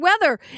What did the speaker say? weather